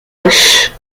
roches